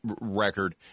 record